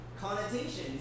connotations